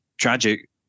tragic